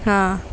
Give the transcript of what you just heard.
हां